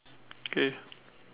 okay